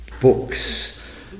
books